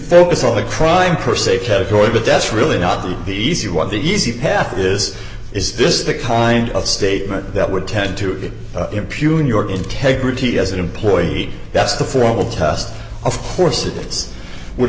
focus on the crime per se category but that's really not the easy one the easy path is is this the kind of statement that would tend to impugn your integrity as an employee that's the formal test of course it is would